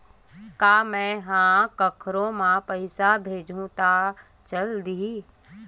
का मै ह कोखरो म पईसा भेजहु त चल देही?